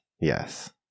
yes